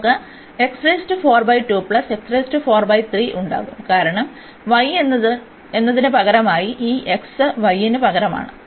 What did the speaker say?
അതിനാൽ നമുക്ക് ഉണ്ടാകും കാരണം y എന്നതിന് പകരമായി ഈ x y ന് പകരമാണ്